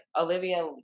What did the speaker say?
Olivia